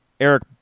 Eric